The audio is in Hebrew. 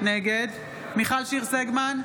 נגד מיכל שיר סגמן,